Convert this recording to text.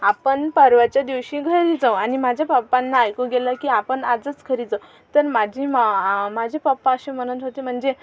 आपण परवाच्या दिवशी घरी जाऊ आणि माझ्या पप्पांना ऐकू गेलं की आपण आजच घरी जाऊ तर माझी मा आ माझे पप्पा असे म्हणत होते म्हणजे